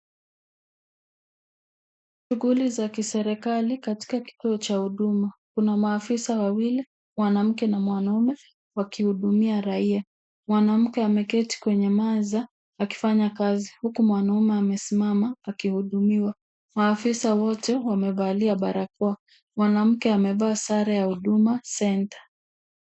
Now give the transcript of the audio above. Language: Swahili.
Shughuli za kiserikali katika kituo cha huduma kuna maafisa wawili, mwanamke na mwanaume wakihudumia raia. Mwanamke ameketi kwenye meza akifanya kati huku mwanaume amesimama akihudumiwa. Maafisa wote wamevalia barakoa. Mwanamke amevaa sare ya Huduma Center.